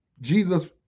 Jesus